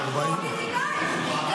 ובוחרים שופטים.